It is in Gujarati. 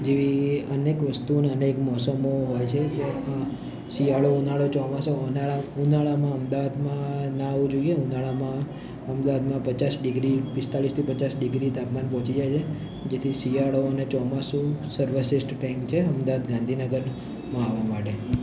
જેવી અનેક વસ્તુઓ અને અનેક મોસમો હોય છે શિયાળો ઉનાળો ચોમાસુ ઉનાળા ઉનાળામાં અમદાવાદમાં ના આવવું જોઈએ ઉનાળામાં અમદાવાદમાં પચાસ ડિગ્રી પિસ્તાલીસ થી પચાસ ડિગ્રી તાપમાન પહોંચી જાય છે જેથી શિયાળો અને ચોમાસું સર્વશ્રેષ્ઠ ટાઈમ છે અમદાવાદ ગાંધીનગરમાં આવવા માટે